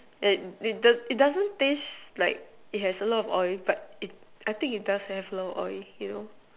eh it does it doesn't taste like it has a lot of oil but I think it does have a lot of oil you know